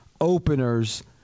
openers